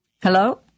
Hello